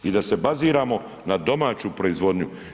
I da se baziramo na domaću proizvodnju.